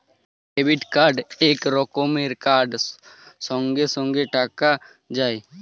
debit card ইক রকমের card সঙ্গে সঙ্গে টাকা কাটা যায়